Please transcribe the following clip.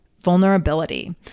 vulnerability